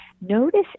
Notice